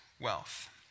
wealth